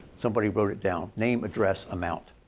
somebody wrote it down name, address, amount,